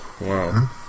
Wow